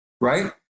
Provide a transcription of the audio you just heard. right